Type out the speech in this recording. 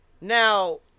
now